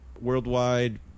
worldwide